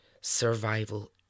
survival